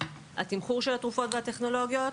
התמחור של התרופות והטכנולוגיות,